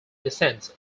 descends